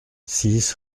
six